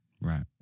right